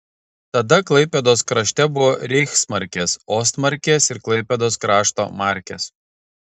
tada klaipėdos krašte buvo reichsmarkės ostmarkės ir klaipėdos krašto markės